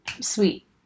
sweet